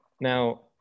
Now